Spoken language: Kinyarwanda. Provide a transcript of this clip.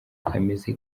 kameze